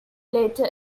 later